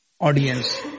audience